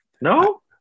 No